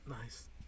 Nice